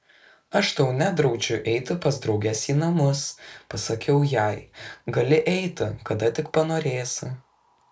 aš tau nedraudžiu eiti pas drauges į namus pasakiau jai gali eiti kada tik panorėsi